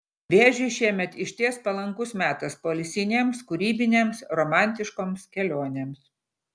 vėžiui šiemet išties palankus metas poilsinėms kūrybinėms romantiškoms kelionėms